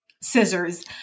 scissors